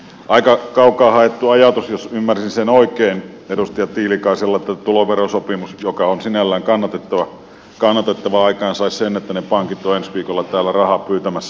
aika kaukaa haettu ajatus jos ymmärsin sen oikein edustaja tiilikaisella että tuloverosopimus joka on sinällään kannatettava aikaansaisi sen että ne pankit ovat ensi viikolla täällä rahaa pyytämässä